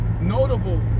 notable